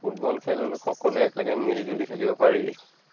football খেল সকলোৱে একেলগে মিলিজুলি খেলিব পাৰি